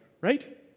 Right